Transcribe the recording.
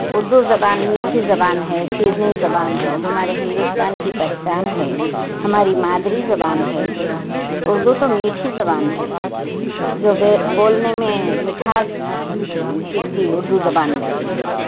اردو زبان میٹھی زبان ہے شیریں زبان ہے ہمارے ہندوستان کی پہچان ہے ہماری مادری زبان ہے اردو تو میٹھی زبان ہے جو بولنے میں مٹھاس دکھتی اردو زبان میں